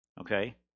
Okay